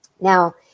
Now